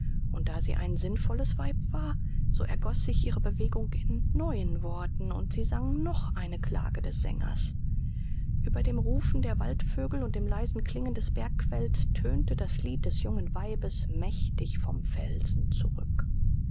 und da sie ein sinnvolles weib war so ergoß sich ihre bewegung in neuen worten und sie sang noch eine klage des sängers über dem rufen der waldvögel und dem leisen klingen des bergquells tönte das lied des jungen weibes mächtig vom felsen zurück